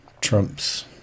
Trump's